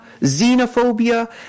xenophobia